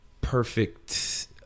perfect